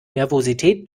nervosität